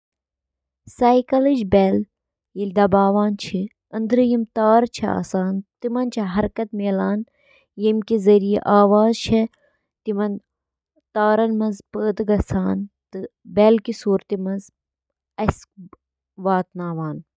اکھ vacuum cleaner, یتھ صرف ویکیوم تہٕ ونان چِھ، چُھ اکھ یُتھ آلہ یُس قالینن تہٕ سخت فرشو پیٹھ گندگی تہٕ باقی ملبہٕ ہٹاونہٕ خاطرٕ سکشن تہٕ اکثر تحریک ہنٛد استعمال چُھ کران۔ ویکیوم کلینر، یِم گَرَن سۭتۍ سۭتۍ تجٲرتی ترتیبن منٛز تہِ استعمال چھِ یِوان کرنہٕ۔